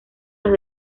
los